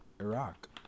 Iraq